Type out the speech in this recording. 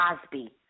Cosby